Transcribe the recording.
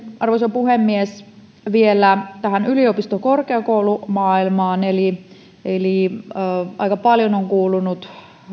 arvoisa puhemies sitten vielä tähän yliopisto ja korkeakoulumaailmaan aika paljon on kuulunut